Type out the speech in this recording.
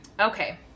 Okay